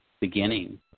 beginning